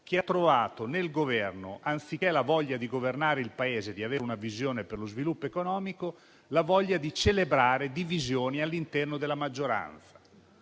che ha trovato nel Governo, anziché la voglia di governare il Paese e di avere una visione per lo sviluppo economico, la voglia di celebrare le divisioni interne alla maggioranza.